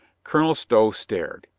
colonel stow stared.